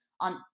on